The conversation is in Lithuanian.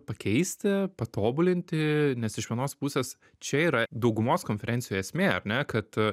pakeisti patobulinti nes iš vienos pusės čia yra daugumos konferencijų esmė ar ne kad